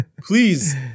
please